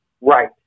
Right